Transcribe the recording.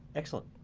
excellent.